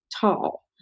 tall